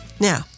Now